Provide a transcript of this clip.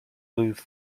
move